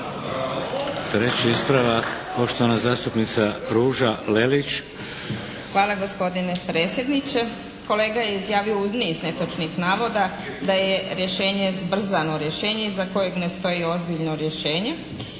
Treći ispravak, poštovana zastupnica Ruža Lelić. **Lelić, Ruža (HDZ)** Hvala gospodine predsjedniče. Kolega je izjavio niz netočnih navoda da je rješenje zbrzano rješenje iza kojeg ne stoji ozbiljno rješenje